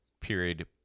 period